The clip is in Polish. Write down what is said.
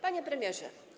Panie Premierze!